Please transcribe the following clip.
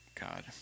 God